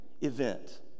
event